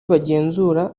bagenzura